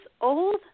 old